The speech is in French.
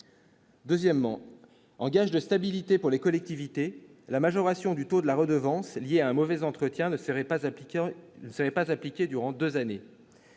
Deuxièmement, en gage de stabilité pour les collectivités, la majoration du taux de la redevance liée à un mauvais entretien ne serait pas appliquée ne serait